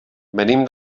venim